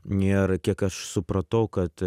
ir kiek aš supratau kad